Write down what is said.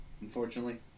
unfortunately